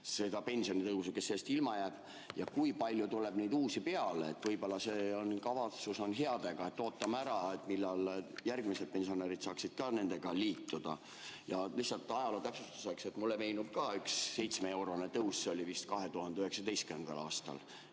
seda pensionitõusu, kes sellest ilma jäävad, ja kui palju tuleb uusi peale? Võib-olla see on tehtud heade kavatsustega, et ootame ära, millal järgmised pensionärid saaksid ka nendega liituda. Ja lihtsalt ajaloo täpsustuseks: mulle meenub ka üks 7-eurone tõus, see oli vist 2019. aastal.